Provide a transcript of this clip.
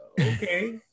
okay